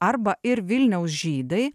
arba ir vilniaus žydai